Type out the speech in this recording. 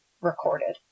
recorded